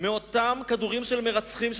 מאותם כדורים של מרצחים,